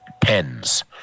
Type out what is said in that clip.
pens